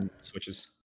switches